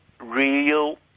real